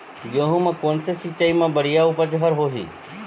गेहूं म कोन से सिचाई म बड़िया उपज हर होही?